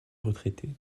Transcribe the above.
retraités